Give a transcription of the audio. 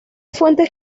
fuentes